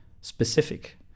specific